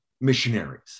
missionaries